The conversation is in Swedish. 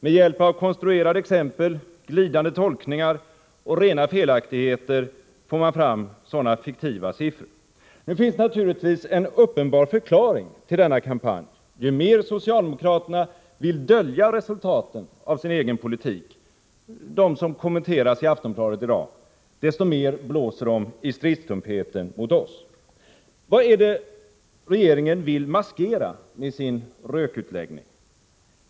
Med hjälp av konstruerade exempel, glidande tolkningar och rena felaktigheter får man fram sådana fiktiva siffror. Naturligtvis finns det en uppenbar förklaring till denna kampanj: ju mera socialdemokraterna vill dölja resultaten av sin egen politik, vilka kommenteras i Aftonbladet i dag, desto mera blåser de i stridstrumpeten som är riktad mot oss. Vad är det då regeringen vill maskera med sin rökutläggning?